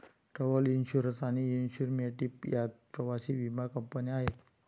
travel insurance आणि insure my trip या प्रवासी विमा कंपन्या आहेत